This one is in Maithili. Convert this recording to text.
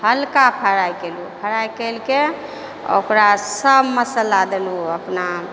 हल्का फ्राइ केलहुँ फ्राइ करिके आओर ओकरा सब मसल्ला देलहुँ अपना